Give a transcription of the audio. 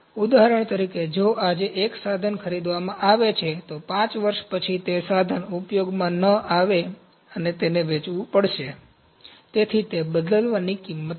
ઉદાહરણ તરીકે જો આજે એક સાધન ખરીદવામાં આવે છે તો 5 વર્ષ પછી તે સાધન ઉપયોગમાં ન આવે અને તેને વેચવું પડશે તેથી તે બદલવાની કિંમત છે